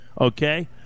Okay